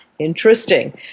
Interesting